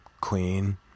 Queen